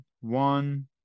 one